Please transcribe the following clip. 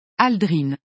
Aldrin